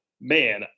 Man